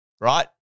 right